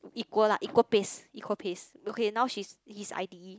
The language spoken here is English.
equal lah equal pace equal pace okay now she's she is I_T_E